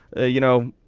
you know.